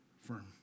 firm